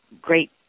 great